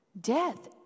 death